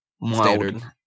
mild